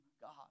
God